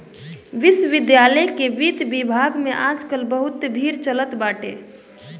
विश्वविद्यालय के वित्त विभाग में आज काल बहुते भीड़ चलत बाटे